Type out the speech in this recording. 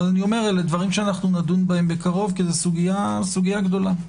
אבל אלה דברים שנדון בהם בקרוב כי זה סוגיה גדולה.